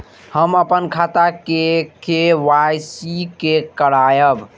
हम अपन खाता के के.वाई.सी के करायब?